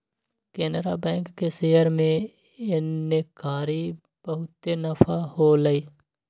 Canara bank के share में एन्नेकारी बहुते नफा होलई